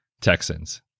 Texans